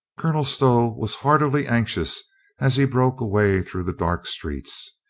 colonel stow was heartily anxious as he broke away through the dark streets.